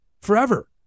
forever